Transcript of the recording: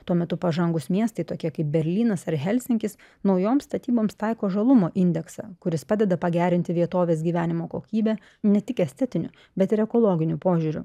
tuo metu pažangūs miestai tokie kaip berlynas ar helsinkis naujoms statyboms taiko žalumo indeksą kuris padeda pagerinti vietovės gyvenimo kokybę ne tik estetiniu bet ir ekologiniu požiūriu